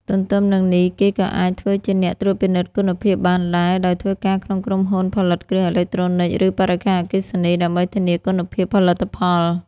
ទន្ទឹមនឹងនេះ គេក៏អាចធ្វើជាអ្នកត្រួតពិនិត្យគុណភាពបានដែរ ដោយធ្វើការក្នុងក្រុមហ៊ុនផលិតគ្រឿងអេឡិចត្រូនិច ឬបរិក្ខារអគ្គិសនី ដើម្បីធានាគុណភាពផលិតផល។